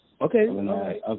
okay